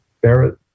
Barrett